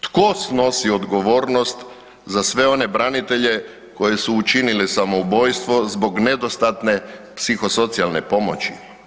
Tko snosi odgovornost za sve one branitelje koji su učinili samoubojstvo zbog nedostatne psihosocijalne pomoći?